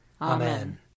Amen